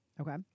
okay